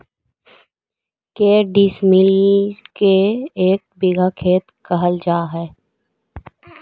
के डिसमिल के एक बिघा खेत कहल जा है?